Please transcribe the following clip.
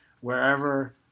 wherever